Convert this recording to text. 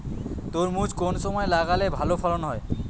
তরমুজ কোন সময় লাগালে ভালো ফলন হয়?